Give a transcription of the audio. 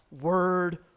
word